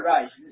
Right